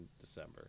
December